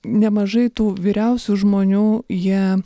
nemažai tų vyriausių žmonių jie